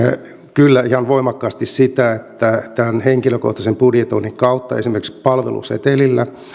kyllä ihan voimakkaasti sitä että tämän henkilökohtaisen budjetoinnin kautta esimerkiksi palvelusetelillä